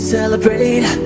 Celebrate